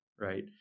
Right